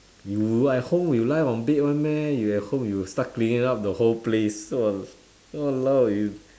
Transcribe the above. you at home you lie on bed [one] meh you at home you'll start cleaning up the whole place wa~!walao! you